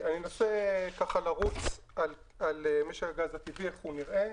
אני אנסה לרוץ על משק הגז הטבעי, איך הוא נראה.